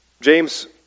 James